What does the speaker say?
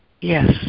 yes